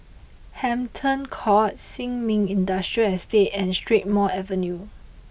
Hampton Court Sin Ming Industrial Estate and Strathmore Avenue